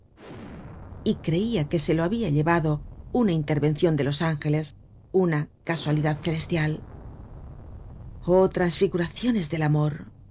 y creia que se lo habia llevado una intervencion de los ángeles una casualidad celestial oh transfiguraciones del amor